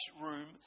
room